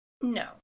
No